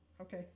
Okay